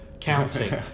counting